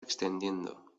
extendiendo